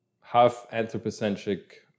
half-anthropocentric